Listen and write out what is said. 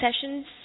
sessions